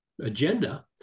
agenda